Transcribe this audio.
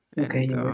Okay